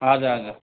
हजुर हजुर